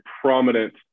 prominent